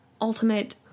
ultimate